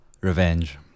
revenge